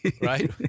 right